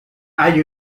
hay